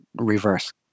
reverse